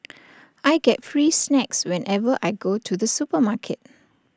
I get free snacks whenever I go to the supermarket